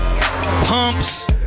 pumps